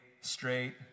straight